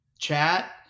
chat